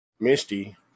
Misty